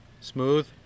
Smooth